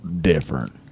different